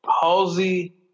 Halsey